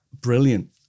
brilliant